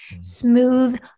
smooth